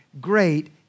great